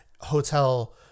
hotel